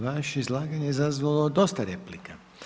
Vaše izlaganje je izazvalo dosta replika.